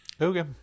okay